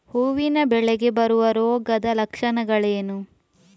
ಹೂವಿನ ಬೆಳೆಗೆ ಬರುವ ರೋಗದ ಲಕ್ಷಣಗಳೇನು?